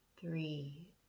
three